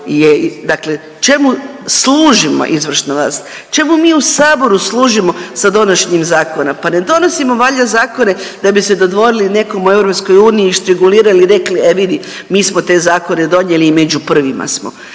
dakle čemu služimo izvršna vlast, čemu mi u Saboru služimo sa donošenjem zakona? Pa ne donosimo valjda zakone da bi se dodvorili nekom u EU i … regulirali i rekli e vidi mi smo te zakone donijeli i među prvima smo.